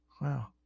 Wow